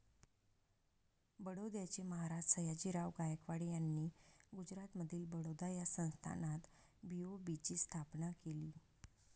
बडोद्याचे महाराज सयाजीराव गायकवाड यांनी गुजरातमधील बडोदा या संस्थानात बी.ओ.बी ची स्थापना केली